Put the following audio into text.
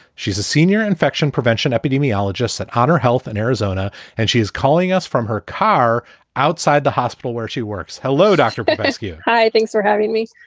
she's a senior infection prevention epidemiologist at otter health in arizona and she is calling us from her car outside the hospital where she works. hello, dr. bednarski. hi. thanks for having me.